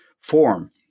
form